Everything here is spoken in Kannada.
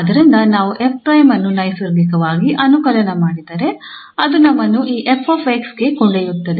ಆದ್ದರಿಂದ ನಾವು 𝑓′ ಅನ್ನು ನೈಸರ್ಗಿಕವಾಗಿ ಅನುಕಲನ ಮಾಡಿದರೆ ಅದು ನಮ್ಮನ್ನು ಈ 𝑓𝑥 ಗೆ ಕೊಂಡೊಯ್ಯುತ್ತದೆ